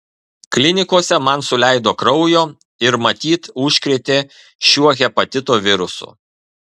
klinikose man suleido kraujo ir matyt užkrėtė šiuo hepatito virusu